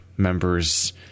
members